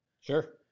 sure